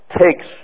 takes